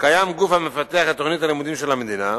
קיים גוף המפתח את תוכנית הלימודים של המדינה,